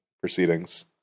proceedings